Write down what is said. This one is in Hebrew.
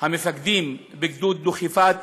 המפקדים בגדוד דוכיפת